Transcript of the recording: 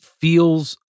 feels